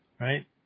right